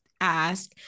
ask